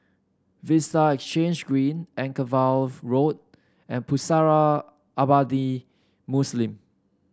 Vista Exhange Green Anchorvale Road and Pusara Abadi Muslim